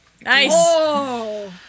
Nice